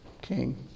king